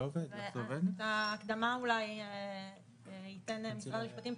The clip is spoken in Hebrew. את ההקדמה אולי ייתן משרד המשפטים,